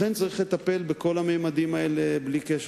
לכן צריך לטפל בכל הממדים האלה בלי קשר.